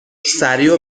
سریع